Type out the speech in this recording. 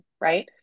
right